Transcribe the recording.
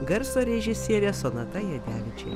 garso režisierė sonata jadevičienė